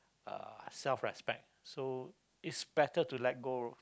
uh self respect so it's better to let go